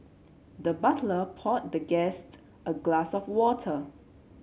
the butler poured the guest a glass of water